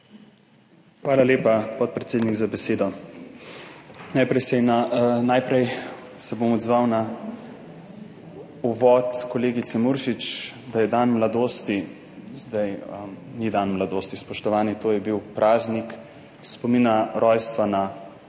Hvala lepa, podpredsednik, za besedo. Najprej se bom odzval na uvod kolegice Muršič, da je dan mladosti. Ni dan mladosti, spoštovani, to je bil praznik spomina na rojstvo